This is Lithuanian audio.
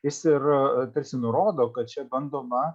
jis ir tarsi nurodo kad čia bandoma